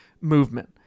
movement